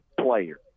player